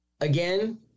Again